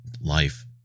life